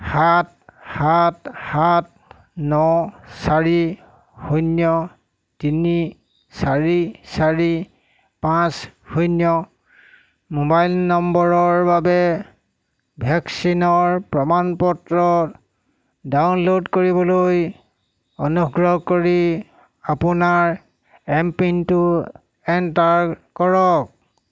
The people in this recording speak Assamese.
সাত সাত সাত ন চাৰি শূন্য তিনি চাৰি চাৰি পাঁচ শূন্য মোবাইল নম্বৰৰ বাবে ভেকচিনৰ প্ৰমাণপত্ৰ ডাউনলোড কৰিবলৈ অনুগ্ৰহ কৰি আপোনাৰ এম পিনটো এণ্টাৰ কৰক